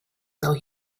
though